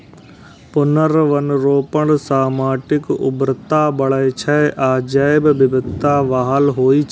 पुनर्वनरोपण सं माटिक उर्वरता बढ़ै छै आ जैव विविधता बहाल होइ छै